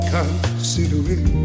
Considering